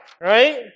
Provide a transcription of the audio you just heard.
right